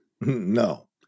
No